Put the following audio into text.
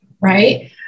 right